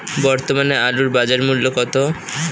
বর্তমানে আলুর বাজার মূল্য কত?